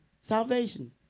salvation